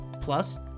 Plus